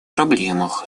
проблемах